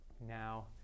Now